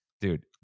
Dude